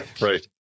Right